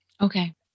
Okay